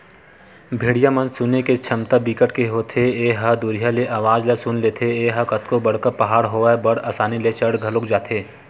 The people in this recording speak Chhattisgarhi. भेड़िया म सुने के छमता बिकट के होथे ए ह दुरिहा ले अवाज ल सुन लेथे, ए ह कतको बड़का पहाड़ होवय बड़ असानी ले चढ़ घलोक जाथे